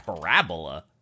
parabola